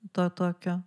to tokio